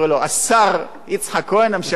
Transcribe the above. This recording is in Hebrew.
היה פעם שר, תמיד שר, חבל על הזמן.